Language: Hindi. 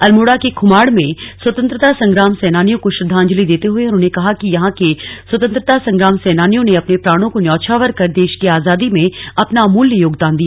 अल्मोड़ा के खुमाड़ में स्वतन्त्रता संग्राम सेनानियों को श्रद्वांजलि देते हुए उन्होंने कहा कि यहां के स्वतन्त्रता संग्राम सेनानियों ने अपने प्राणों को न्यौछावर कर देश की आजादी में अपना अमूल्य योगदान दिया